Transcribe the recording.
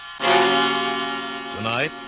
Tonight